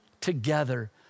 together